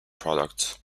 products